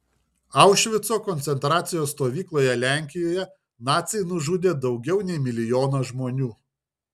aušvico koncentracijos stovykloje lenkijoje naciai nužudė daugiau nei milijoną žmonių